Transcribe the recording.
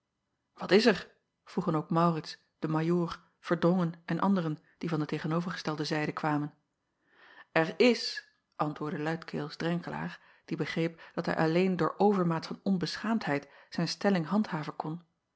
at is er vroegen ook aurits de ajoor erdrongen en anderen die van de tegenovergestelde zijde kwamen r is antwoordde luidkeels renkelaer die begreep dat hij alleen door overmaat van onbeschaamdheid zijn stelling handhaven kon